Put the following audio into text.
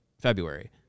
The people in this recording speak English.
February